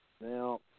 Now